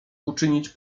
uczynić